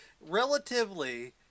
Relatively